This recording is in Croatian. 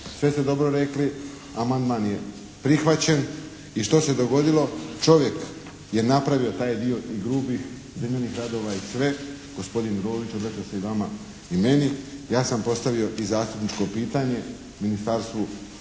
sve ste dobro rekli, amandman je prihvaćen. I što se dogodilo? Čovjek je napravio taj dio tih grubih zemljanih radova i sve, gospodin Rožić obraćao se i vama i meni. Ja sam postavio i zastupničko pitanje ministarstvu